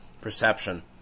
perception